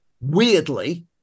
Weirdly